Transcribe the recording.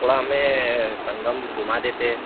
थोड़ा हमें संगम घूमा देते